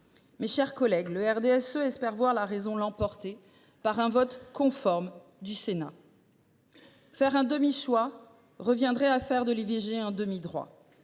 Mes chers collègues, le RDSE espère voir la raison l’emporter, avec un vote conforme du Sénat. Faire un demi choix reviendrait à faire de l’IVG un demi droit.